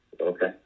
Okay